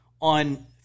on